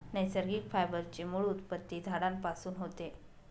नैसर्गिक फायबर ची मूळ उत्पत्ती झाडांपासून होते